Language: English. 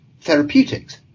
therapeutics